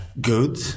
good